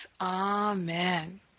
Amen